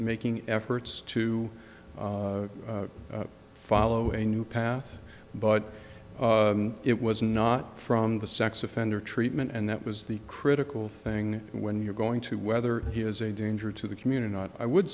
making efforts to follow a new path but it was not from the sex offender treatment and that was the critical thing when you're going to whether he was a danger to the community i would